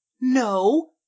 No